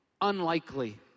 unlikely